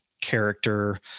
character